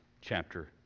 chapter